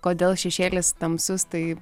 kodėl šešėlis tamsus tai